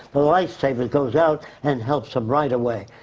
the life savers goes out and helps them right away.